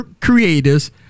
creators